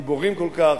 גיבורים כל כך,